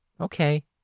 Okay